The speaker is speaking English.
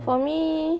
for me